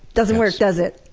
doesn't work, does it!